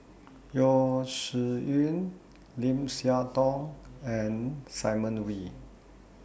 Yeo Shih Yun Lim Siah Tong and Simon Wee